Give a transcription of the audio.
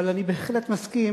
אבל אני בהחלט מסכים